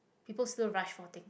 people still rush for things